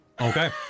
Okay